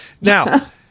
now